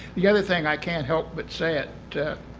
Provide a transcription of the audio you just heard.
the other thing i can't help but say it